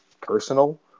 personal